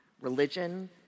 religion